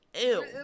Ew